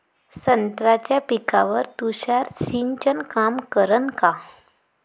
संत्र्याच्या पिकावर तुषार सिंचन काम करन का?